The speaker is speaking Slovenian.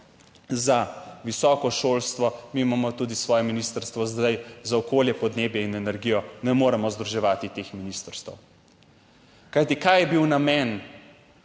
za visoko šolstvo, mi imamo tudi svoje ministrstvo zdaj za okolje, podnebje in energijo, ne moremo združevati teh ministrstev. Kajti, kaj je bil namen